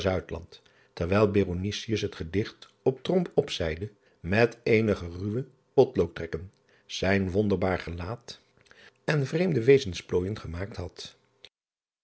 terwijl het gedicht op opzeide met eenige ruwe potloodtrekken zijn wonderbaar gelaat en vreemde wezensplooijen gemaakt had